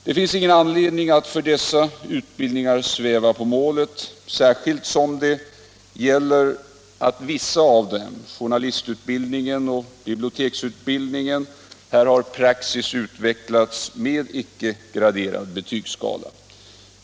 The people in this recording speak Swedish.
Det finns ingen anledning att för dessa utbildningar sväva på målet, särskilt som det för vissa av dem — journalistutbildningen och biblioteksutbildningen — utvecklats en praxis med en icke-graderad betygsskala.